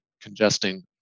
congesting